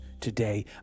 today